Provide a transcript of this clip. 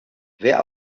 wer